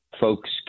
Folks